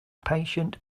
patient